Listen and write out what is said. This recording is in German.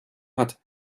hat